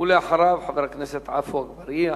ואחריו, חבר הכנסת עפו אגבאריה.